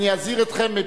אני אזהיר אתכם,